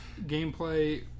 gameplay